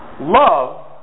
love